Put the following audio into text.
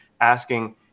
asking